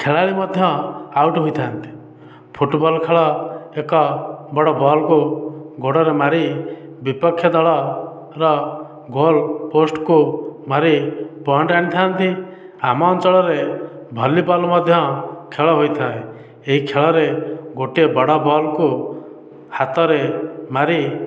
ଖେଳାଳି ମଧ୍ୟ ଆଉଟ୍ ହୋଇଥାନ୍ତି ଫୁଟବଲ୍ ଖେଳ ଏକ ବଡ଼ ବଲ୍କୁ ଗୋଡ଼ରେ ମାରି ବିପକ୍ଷ ଦଳର ଗୋଲ୍ ପୋଷ୍ଟକୁ ମାରି ପଏଣ୍ଟ ଆଣିଥାନ୍ତି ଆମ ଅଞ୍ଚଳରେ ଭଲିବଲ୍ ମଧ୍ୟ ଖେଳ ହୋଇଥାଏ ଏହି ଖେଳରେ ଗୋଟିଏ ବଡ଼ ବଲ୍କୁ ହାତରେ ମାରି